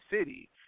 city